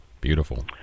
Beautiful